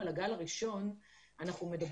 במלונות.